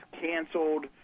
canceled